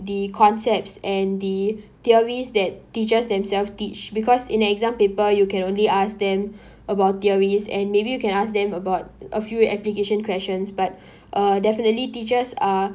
the concepts and the theories that teachers themselves teach because in exam paper you can only ask them about theories and maybe you can ask them about a few application questions but uh definitely teachers are